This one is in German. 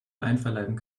einverleiben